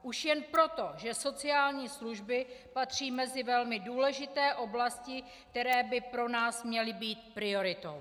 Už jen proto, že sociální služby patří mezi velmi důležité oblasti, které by pro nás měly být prioritou.